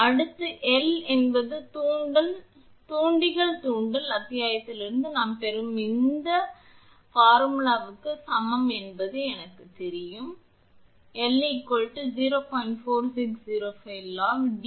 அடுத்து L என்பது தூண்டிகள் தூண்டல் அத்தியாயத்திலிருந்து நாம் பெறும் இந்த சூத்திரத்திற்கு சமம் என்பது நமக்குத் தெரியும் 𝐿 0